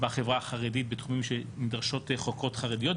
בחברה החרדית בתחומים שנדרשות חוקרות חרדיות.